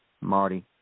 Marty